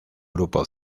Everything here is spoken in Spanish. grupo